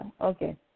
Okay